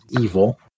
evil